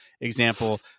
example